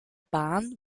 bahn